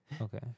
Okay